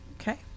Okay